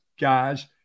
guys